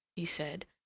he said,